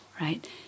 right